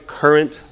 current